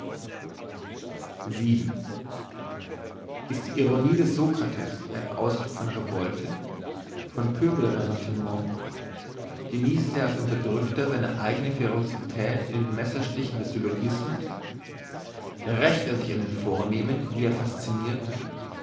ist die ironie des sokrates ein ausdruck von revolte von pöbel ressentiment geniesst er als unterdrückter seine eigne ferocität in den messerstichen des syllogismus rächt er sich an den vornehmen die er fascinirt